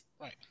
Right